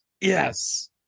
Yes